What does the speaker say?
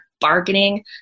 bargaining